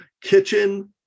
kitchen